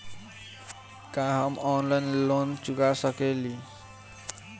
का हम ऑनलाइन ऋण चुका सके ली?